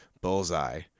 Bullseye